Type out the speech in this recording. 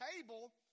table